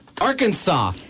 Arkansas